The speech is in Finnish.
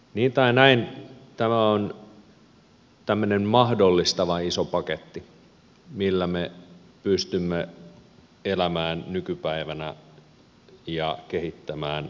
niin tai näin tämä on tämmöinen mahdollistava iso paketti millä me pystymme elämään nykypäivänä ja kehittämään toimintojamme